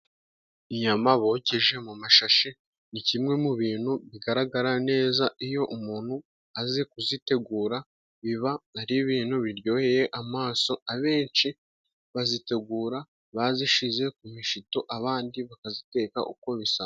Inyama bokeje mu mashashi ni kimwe mu bintu bigaragara neza iyo umuntu azi kuzitegura biba ari ibintu biryoheye amaso. Abenshi bazitegura bazishyize ku mishito, abandi bakaziteka uko bisanzwe.